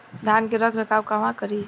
धान के रख रखाव कहवा करी?